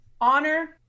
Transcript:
honor